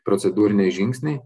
procedūriniai žingsniai